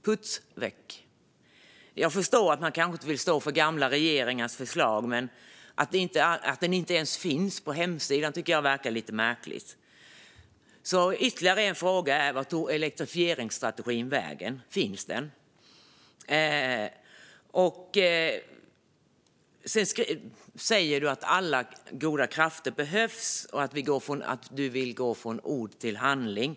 Den är puts väck. Jag förstår att man kanske inte vill stå för gamla regeringars förslag, men att den inte ens finns på hemsidan tycker jag verkar lite märkligt. Ytterligare en fråga är därför vart elektrifieringsstrategin tog vägen. Finns den? Statsrådet säger att alla goda krafter behövs och att hon vill gå från ord till handling.